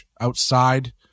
outside